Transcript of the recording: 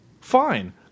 Fine